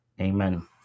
amen